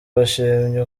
bashimye